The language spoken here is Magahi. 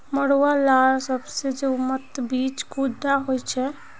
मरुआ लार सबसे उत्तम बीज कुंडा होचए?